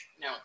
no